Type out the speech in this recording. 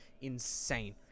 insane